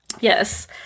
Yes